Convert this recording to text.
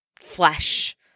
flesh